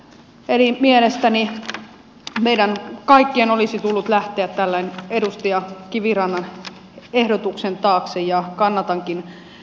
eli mielestäni meidän kaikkien olisi tullut lähteä edustaja kivirannan ehdotuksen taakse ja kannatankin sitä